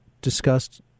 discussed